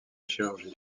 chirurgie